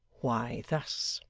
why, thus.